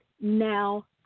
now